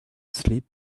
slip